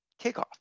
kickoff